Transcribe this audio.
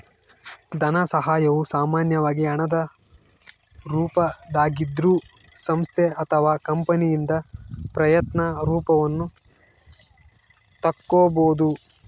ಧನಸಹಾಯವು ಸಾಮಾನ್ಯವಾಗಿ ಹಣದ ರೂಪದಾಗಿದ್ರೂ ಸಂಸ್ಥೆ ಅಥವಾ ಕಂಪನಿಯಿಂದ ಪ್ರಯತ್ನ ರೂಪವನ್ನು ತಕ್ಕೊಬೋದು